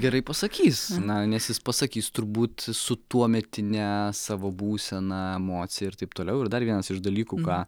gerai pasakys na nes jis pasakys turbūt su tuometine savo būsena emocija ir taip toliau ir dar vienas iš dalykų ką